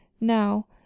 now